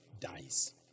dies